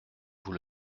vous